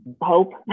hope